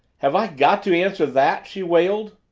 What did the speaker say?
have i got to answer that? she wailed.